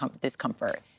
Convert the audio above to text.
discomfort